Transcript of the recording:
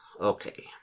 Okay